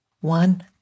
one